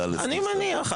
אני מניח.